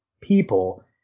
people